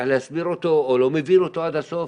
להסביר אותו או לא מבין אותו עד הסוף,